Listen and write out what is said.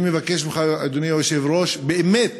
אני מבקש ממך, אדוני היושב-ראש, באמת